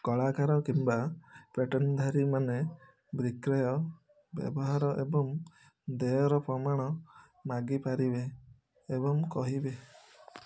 କଳାକାର କିମ୍ବା ପେଟେଣ୍ଟଧାରୀମାନେ ବିକ୍ରୟ ବ୍ୟବହାର ଏବଂ ଦେୟର ପ୍ରମାଣ ମାଗିପାରିବେ ଏବଂ କହିବେ